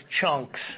chunks